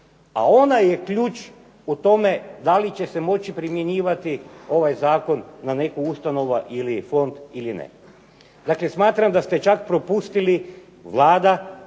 a onaj je ključ u tome da li će se moći primjenjivati ovaj zakon na neku ustanovu ili fond ili ne. Dakle, smatram da ste čak propustili Vlada